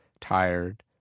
tired